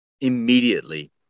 immediately